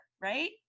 right